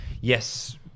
yes